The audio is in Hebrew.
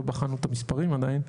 לא בחנו את המספרים עדיין,